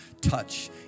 touch